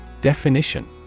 Definition